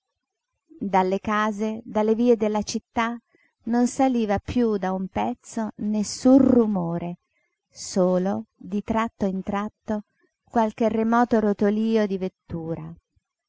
dalle case dalle vie della città non saliva piú da un pezzo nessun rumore solo di tratto in tratto qualche remoto rotolío di vettura